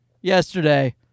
yesterday